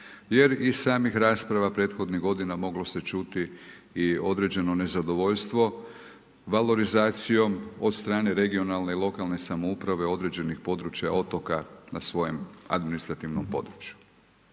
jer iz samih rasprava prethodnih godina moglo se čuti i određeno nezadovoljstvo valorizacijom od strane regionalne i lokalne samouprave određenih područja otoka na svojem administrativnom području.